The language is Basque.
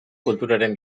kulturaren